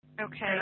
Okay